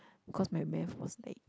cause my math was like